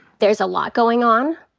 there's a lot going on.